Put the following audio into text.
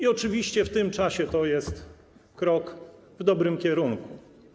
I oczywiście w tym czasie to jest krok w dobrym kierunku.